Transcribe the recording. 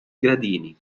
gradini